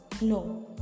no